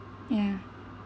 ya